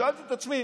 שאלתי את עצמי: